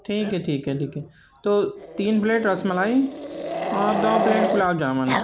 ٹھیک ہے ٹھیک ہے ٹھیک ہے تو تین پلیٹ رس ملائی اور دو پلیٹ گلاب جامن